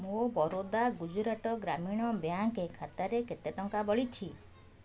ମୋ ବରୋଦା ଗୁଜୁରାଟ ଗ୍ରାମୀଣ ବ୍ୟାଙ୍କ୍ ଖାତାରେ କେତେ ଟଙ୍କା ବଳିଛି